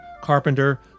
carpenter